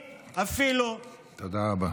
אפילו הלאומני, תודה רבה.